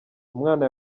umwana